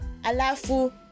Alafu